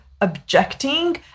objecting